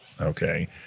Okay